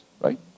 right